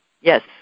Yes